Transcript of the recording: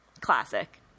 classic